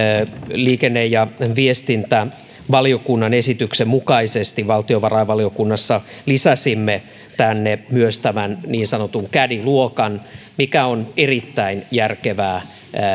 liikenne ja viestintävaliokunnan esityksen mukaisesti valtiovarainvaliokunnassa lisäsimme tänne myös niin sanotun caddy luokan mikä on erittäin järkevää